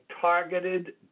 targeted